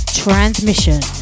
transmission